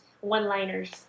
one-liners